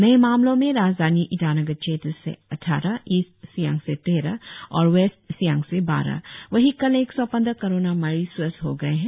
नए मामलों में राजधानी ईटानगर क्षेत्र से अद्गारह ईस्ट सियांग से तेरह और वेस्ट सियांग से बारह वहीं कल एक सौ पंद्रह कोरोना मरीज स्वस्थ हो गए है